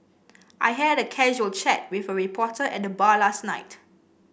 I had a casual chat with a reporter at the bar last night